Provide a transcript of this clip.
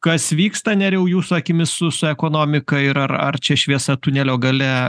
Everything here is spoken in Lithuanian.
kas vyksta nerijau jūsų akimis su su ekonomika ir ar ar čia šviesa tunelio gale